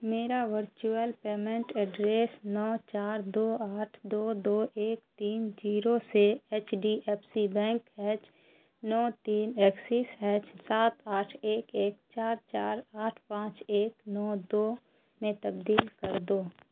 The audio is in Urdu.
میرا ورچوئل پیمنٹ ایڈریس نو چار دو آٹھ دو دو ایک تین زیرو سے H D F C bank H نو تین ایکسس ہیچ سات آٹھ ایک ایک چار چار آٹھ پانچ ایک نو دو میں تبدیل کر دو